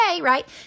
right